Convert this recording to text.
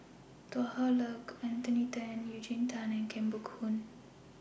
Tan Hwa Luck Anthony Then and Eugene Tan Kheng Boon